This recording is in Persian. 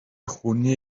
خونی